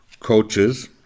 Coaches